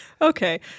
Okay